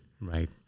Right